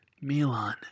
Milan